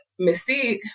Mystique